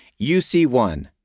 UC1